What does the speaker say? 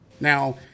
now